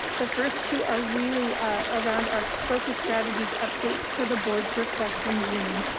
the first two are really around our focus strategies update per the board's request in june.